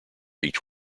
each